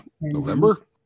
November